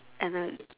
and a